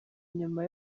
nyuma